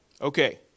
Okay